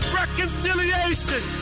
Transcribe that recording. reconciliation